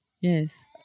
Yes